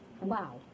Wow